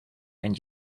and